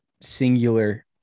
singular